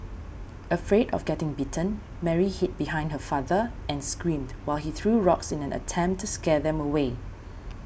afraid of getting bitten Mary hid behind her father and screamed while he threw rocks in an attempt to scare them away